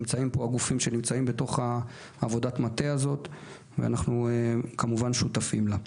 נמצאים פה הגופים ששותפים לעבודת המטה הזאת וכמובן שגם אנו שותפים לה.